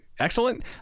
Excellent